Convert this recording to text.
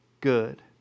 good